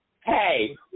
hey